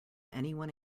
anyone